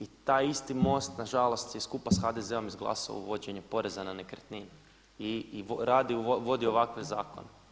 I taj isti MOST nažalost je skupa sa HDZ-om izglasao uvođenje poreza na nekretnine i uvodi ovakve zakone.